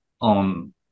on